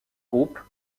groupe